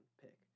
pick